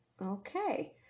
Okay